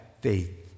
faith